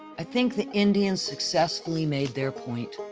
i think the indians successfully made their point,